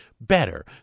better